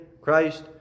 Christ